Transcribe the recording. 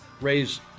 raise